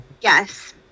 Yes